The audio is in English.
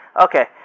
Okay